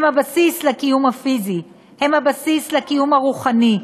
הם הבסיס לקיום הפיזי, הם הבסיס לקיום הרוחני.